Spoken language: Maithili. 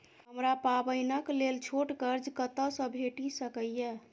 हमरा पाबैनक लेल छोट कर्ज कतऽ सँ भेटि सकैये?